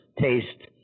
taste